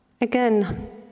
Again